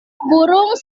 burung